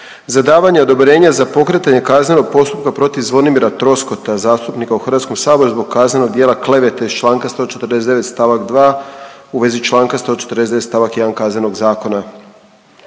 za davanje odobrenja za pokretanje kaznenog postupka protiv Zvonimira Troskota zastupnika u HS zbog kaznenog djela klevete iz čl. 149. st. 2. u vezi čl. 149. st. 1. Kaznenog zakona.